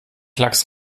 klacks